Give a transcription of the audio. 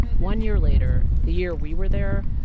one year later, the year we were there,